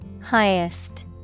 Highest